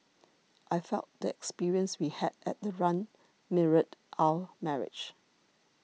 I felt the experience we had at the run mirrored our marriage